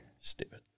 Stupid